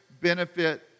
benefit